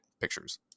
pictures